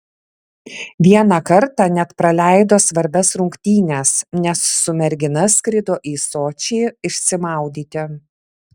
vieną kartą net praleido svarbias rungtynes nes su mergina skrido į sočį išsimaudyti